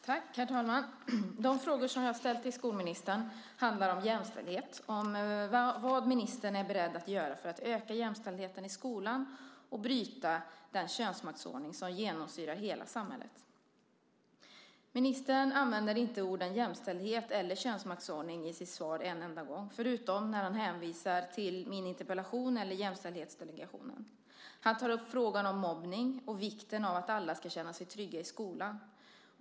Herr talman! De frågor som jag har ställt till skolministern handlar om jämställdhet och om vad ministern är beredd att göra för att öka jämställdheten i skolan och bryta den könsmaktsordning som genomsyrar hela samhället. Ministern använder inte orden "jämställdhet" eller "könsmaktsordning" i sitt svar en enda gång, förutom när han hänvisar till min interpellation eller Jämställdhetsdelegationen. Han tar upp frågan om mobbning och vikten av att alla ska känna sig trygga i skolan.